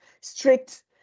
strict